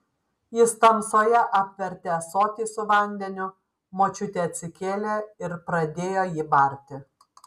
jis tamsoje apvertė ąsotį su vandeniu močiutė atsikėlė ir pradėjo jį barti